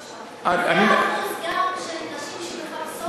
ברשותך, זה גם האחוז של נשים שמחפשות עבודה.